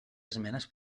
esmenes